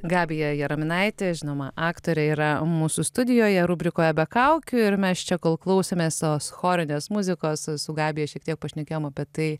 gabija jaraminaitė žinoma aktorė yra mūsų studijoje rubrikoje be kaukių ir mes čia kol klausėmės tos chorinės muzikos su gabija šiek tiek pašnekėjom apie tai